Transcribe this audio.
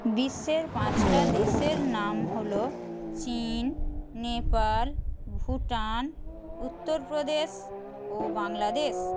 বিশ্বের পাঁচটা দেশের নাম হল চীন নেপাল ভুটান উত্তরপ্রদেশ ও বাংলাদেশ